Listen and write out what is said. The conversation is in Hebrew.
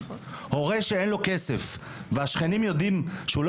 הורה שאין לו כסף והשכנים יודעים שהוא לא